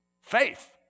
faith